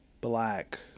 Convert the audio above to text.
black